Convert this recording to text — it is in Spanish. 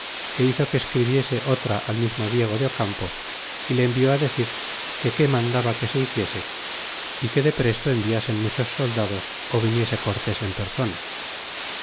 é hizo que escribiese otra al mismo diego de campo y le envió á decir que que mandaba que se hiciese y que depresto enviasen muchos soldados ó viniese cortes en persona